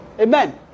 Amen